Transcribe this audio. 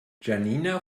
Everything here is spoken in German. janina